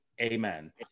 Amen